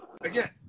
again